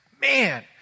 man